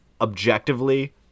objectively